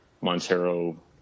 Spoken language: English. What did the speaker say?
Montero